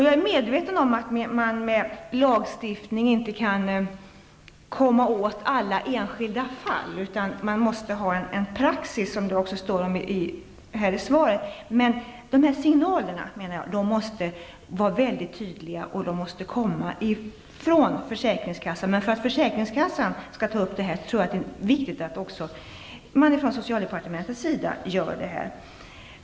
Jag är medveten om att man med en lagstiftning inte kan komma åt alla enskilda fall, men man måste ha en praxis, vilket också nämns i svaret. Signalerna måste vara mycket tydliga från försäkringskassan. Men för att försäkringskassan skall ta upp den här frågan är det viktigt att man också från socialdepartementet uppmärksammar detta.